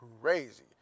crazy